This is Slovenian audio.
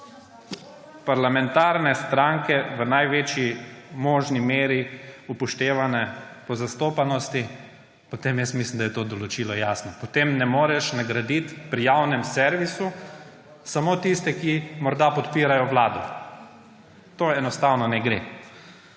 parlamentarne stranke v največji možni meri upoštevane po zastopanosti, potem jaz mislim, da je to določilo jasno. Potem ne moreš nagraditi pri javnem servisu samo tiste, ki morda podpirajo vlado. To enostavno ne gre.